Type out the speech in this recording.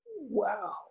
wow